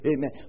Amen